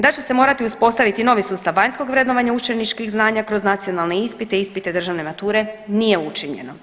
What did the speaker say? Da će se morati uspostaviti novi sustav vanjskog vrednovanja učeničkih znanja kroz nacionalne ispite, ispite državne mature, nije učinjeno.